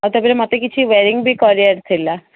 ଆଉ ତା'ପରେ ମୋତେ କିଛି ୱେୟାରିଂ ବି କରିବାର ଥିଲା